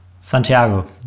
Santiago